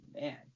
man